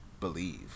believe